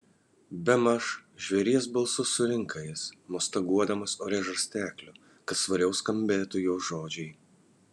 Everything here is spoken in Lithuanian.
bemaž žvėries balsu surinka jis mostaguodamas ore žarstekliu kad svariau skambėtų jo žodžiai